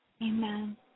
Amen